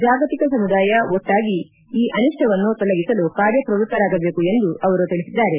ಜಾಗತಿಕ ಸಮುದಾಯ ಒಟ್ಟಾಗಿ ಈ ಅನಿಷ್ಟವನ್ನು ತೊಲಗಿಸಲು ಕಾರ್ಯ ಪ್ರವೃತ್ತರಾಗಬೇಕು ಎಂದು ಅವರು ತಿಳಿಸಿದ್ದಾರೆ